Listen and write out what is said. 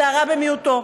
זה הרע במיעוטו.